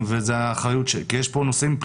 כי כפי שאתה יודע,